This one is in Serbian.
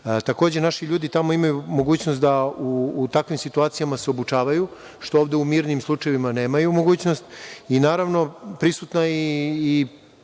Takođe naši ljudi tamo imaju mogućnost da u takvim situacijama se obučavaju, što ovde u mirnim slučajevima nemaju mogućnost i naravno, prisutna je